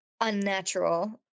unnatural